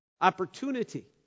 Opportunity